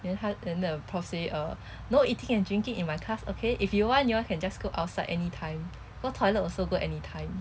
then 他 then the prof say uh no eating and drinking in my class okay if you want you all can just go outside anytime go toilet also go anytime